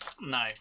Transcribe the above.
No